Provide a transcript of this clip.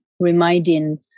Reminding